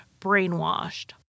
brainwashed